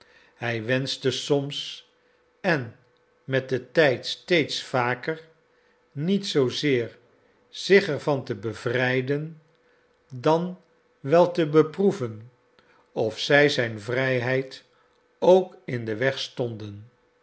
hij wenschte soms en met den tijd steeds vaker niet zoozeer zich er van te bevrijden dan wel te beproeven of zij zijn vrijheid ook in den weg stonden